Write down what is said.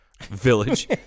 Village